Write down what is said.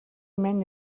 мань